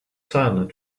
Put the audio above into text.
silent